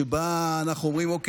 שבה אנחנו אומרים: אוקיי,